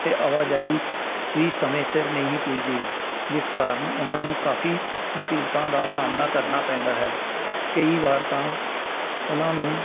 ਅਤੇ ਆਵਾਜਾਈ ਵੀ ਸਮੇਂ ਸਿਰ ਨਹੀਂ ਪੁੱਜਦੀ ਜਿਸ ਕਾਰਨ ਉਹਨਾਂ ਨੂੰ ਕਾਫੀ ਮੁਸੀਬਤਾਂ ਦਾ ਸਾਹਮਣਾ ਕਰਨਾ ਪੈਂਦਾ ਹੈ ਕਈ ਵਾਰ ਤਾਂ ਉਹਨਾਂ ਨੂੰ